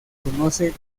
conoce